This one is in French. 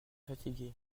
fatigués